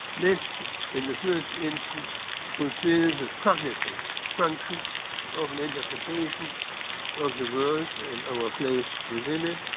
this in the first instance were series of cognitive function of an incantation of the world and our place within it.